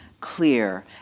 clear